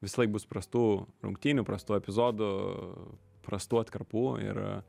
visąlaik bus prastų rungtynių prastų epizodų prastų atkarpų ir